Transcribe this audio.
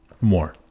more